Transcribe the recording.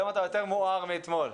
היום אתה יותר מואר מאתמול.